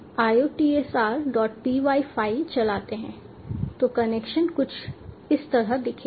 तो कनेक्शन कुछ इस तरह दिखेगा